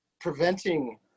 preventing